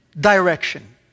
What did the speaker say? direction